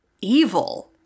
evil